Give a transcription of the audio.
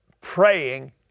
praying